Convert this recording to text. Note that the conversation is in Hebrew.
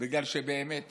בגלל שבאמת